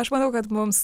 aš manau kad mums